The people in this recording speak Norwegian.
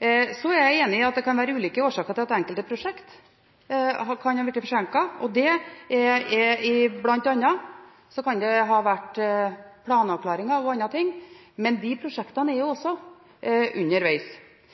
Jeg er enig i at det kan være ulike årsaker til at enkelte prosjekter kan ha blitt forsinket, bl.a. kan det ha vært på grunn av planavklaringer eller andre ting, men de prosjektene er jo også underveis.